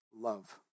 love